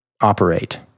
operate